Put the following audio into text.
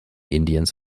indiens